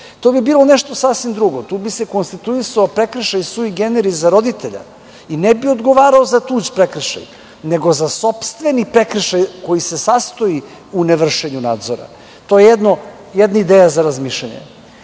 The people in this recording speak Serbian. To bi bilo nešto sasvim drugo, tu bi se konstituisao prekršaj sui generis za roditelja i ne bi odgovarao za tuđ prekršaj, nego za sopstveni prekršaj koji se sastoji u ne vršenju nadzora, to je jedna ideja za razmišljanje. Druga